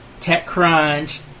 TechCrunch